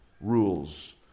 rules